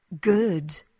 Good